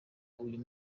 uyu